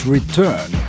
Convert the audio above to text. Return